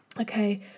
okay